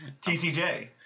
TCJ